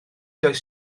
does